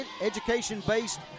education-based